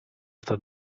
sta